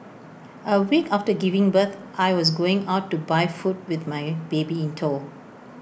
A week after giving birth I was going out to buy food with my baby in tow